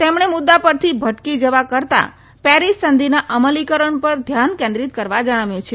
તેમણે મુદ્દા પરથી ભટકી જવા કરતા પેરીસ સંધિના અમલીકરણ પર ધ્યાન કેન્દ્રીત કરવા જણાવ્યું છે